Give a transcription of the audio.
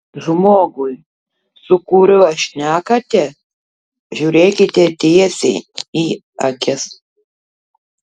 žmogui su kuriuo šnekate žiūrėkite tiesiai į akis